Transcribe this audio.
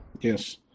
Yes